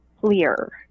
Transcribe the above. clear